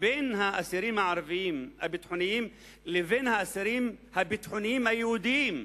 בין האסירים הביטחוניים הערבים לבין האסירים הביטחוניים היהודים.